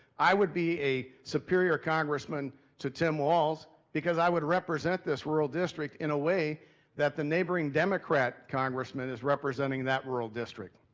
i would be a superior congressman to tim walz because i would represent this rural district in a way that the neighboring democrat congressman is representing that rural district.